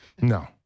No